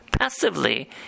passively